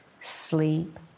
Sleep